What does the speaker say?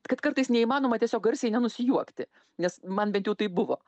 kad kartais neįmanoma tiesiog garsiai nenusijuokti nes man bent jau taip buvo